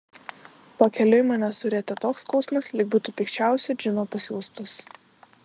pakeliui mane surietė toks skausmas lyg būtų pikčiausio džino pasiųstas